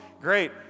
Great